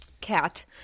cat